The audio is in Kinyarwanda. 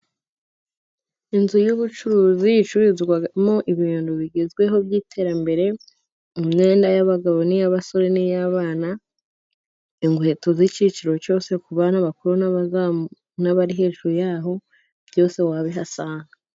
Inzu y'ubucuruzi icururizwamo ibintu bigezweho by'iterambere mu myenda y'abagabo n'iy'abasore n'iy'abana, inkweto z'icyiciro cyose ku bana bakuru n'abari hejuru y'aho byose wabihasanga.